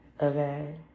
Okay